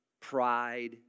pride